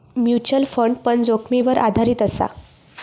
mutual fund पण जोखीमीवर आधारीत असा